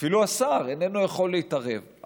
ואפילו השר איננו יכול להתערב.